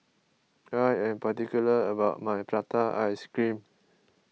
I am particular about my Prata Ice Cream